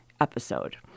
episode